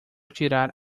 tirar